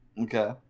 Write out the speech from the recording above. Okay